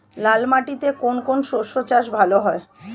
লাল মাটিতে কোন কোন শস্যের চাষ ভালো হয়?